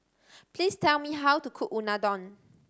please tell me how to cook Unadon